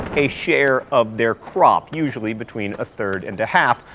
a share of their crop usually between a third and a half,